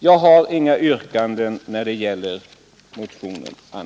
Jag har inga yrkanden när det gäller motionen.